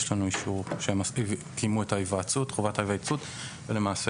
יש לנו אישור שהם קיימו את חובת ההיוועצות ולמעשה